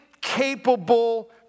capable